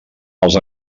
els